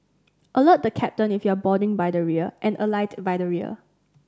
alert the captain if you're boarding by the rear and alight by the rear